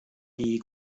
die